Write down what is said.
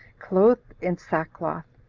clothed in sackcloth,